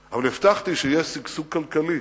אבל הבטחתי שיהיה שגשוג כלכלי.